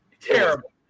Terrible